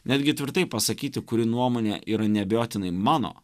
netgi tvirtai pasakyti kuri nuomonė yra neabejotinai mano